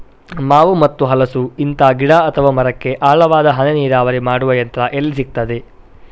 ಮಾವು ಮತ್ತು ಹಲಸು, ಇಂತ ಗಿಡ ಅಥವಾ ಮರಕ್ಕೆ ಆಳವಾದ ಹನಿ ನೀರಾವರಿ ಮಾಡುವ ಯಂತ್ರ ಎಲ್ಲಿ ಸಿಕ್ತದೆ?